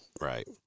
Right